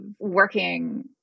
working